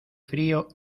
frío